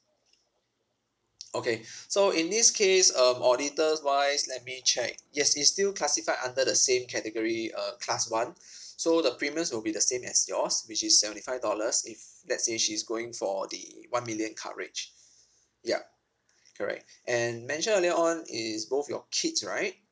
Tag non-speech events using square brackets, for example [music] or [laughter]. [noise] okay so in this case um auditor wise let me check yes it's still classified under the same category uh class one so the premiums will be the same as yours which is seventy five dollars if let's say she's going for the one million coverage yup correct and mentioned earlier on is both your kids right